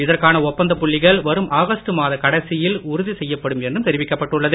இதற்கான ஒப்பந்தப் புள்ளிகள் வரும் ஆகஸ்ட் மாத கடைசியில் உறுதி செய்யப்படும் என்றும் தெரிவிக்கப் பட்டுள்ளது